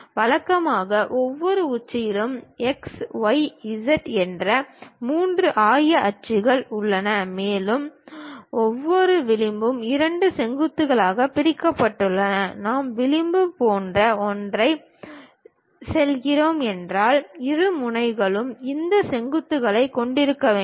வழக்கமாக ஒவ்வொரு உச்சியிலும் x y z என்ற 3 ஆய அச்சுகள் உள்ளன மேலும் ஒவ்வொரு விளிம்பும் இரண்டு செங்குத்துகளால் பிரிக்கப்படுகின்றன நான் விளிம்பு போன்ற ஒன்றைச் சொல்கிறேன் என்றால் இரு முனைகளும் இந்த செங்குத்துகளைக் கொண்டிருக்க வேண்டும்